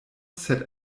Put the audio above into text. sed